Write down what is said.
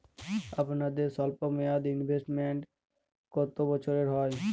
আপনাদের স্বল্পমেয়াদে ইনভেস্টমেন্ট কতো বছরের হয়?